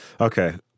Okay